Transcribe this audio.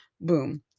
boom